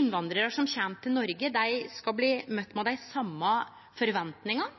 Innvandrarar som kjem til Noreg, skal bli møtte med